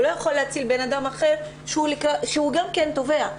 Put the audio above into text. יכול להציל בן אדם אחר שהוא גם טובע?